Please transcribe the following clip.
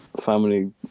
family